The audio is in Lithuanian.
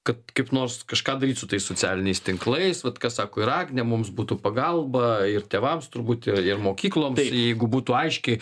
kad kaip nors kažką daryt su tais socialiniais tinklais vat ką sako ir agnė mums būtų pagalba ir tėvams turbūt ir ir mokykloms jeigu būtų aiškiai